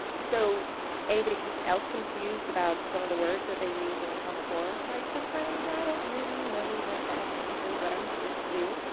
so anybody else confused about some of the words that they use in the common core like sometimes. i don't really know what that means or what i'm supposed to do,